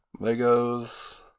Legos